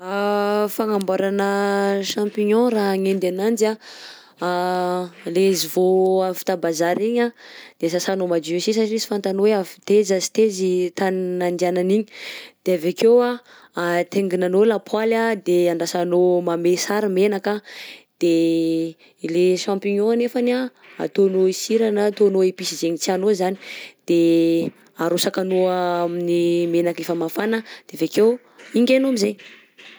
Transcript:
Fagnamboarana champignon raha hanendy ananjy anh, le izy voa avy ta bazary igny anh de sasanao madio si satria sy fantanao hoe avy taiza sy taiza i tany nandianany igny, de avy akeo anh atainginanao lapoaly anh de andrasanao mamay sara menaka, de ilay champignon anefany anh ataonao sira na ataonao episy zainy tianao zany de arotsakanao amin'ny menaka efa mafana de avy akeo hingainao am'izay.